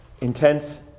intense